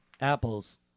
apples